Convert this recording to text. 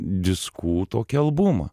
diskų tokį albumą